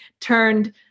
turned